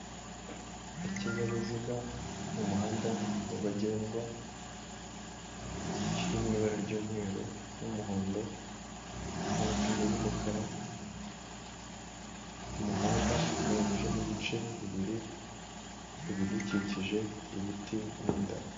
Ikinyabiziga mu muhanda nyabagendwa, kiri mu ibara ry'umweru n'umuhondo, amapine y'umukara, umuhanda ugabanyijemo ibice bibiri, ibidukikije, ibiti n'indabo.